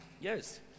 Yes